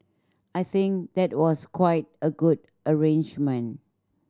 I think that was quite a good arrangement